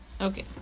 okay